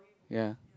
ya